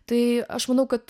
tai aš manau kad